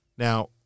Now